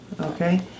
okay